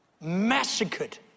Massacred